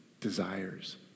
desires